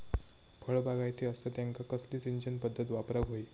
फळबागायती असता त्यांका कसली सिंचन पदधत वापराक होई?